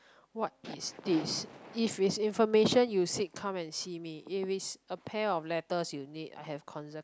what is this if it's information you seek come and see me if it's a pair of letters you need I have consecutively three